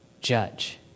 judge